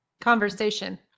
Conversation